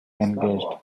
engaged